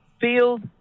field